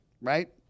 right